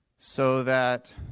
so that